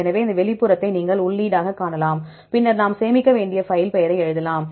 எனவே இந்த வெளிப்புறத்தை நீங்கள் ஒரு உள்ளீடாகக் காணலாம் பின்னர் நாம் சேமிக்க வேண்டிய பைல் பெயரை எழுதலாம்